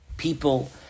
people